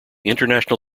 international